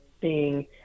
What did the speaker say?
seeing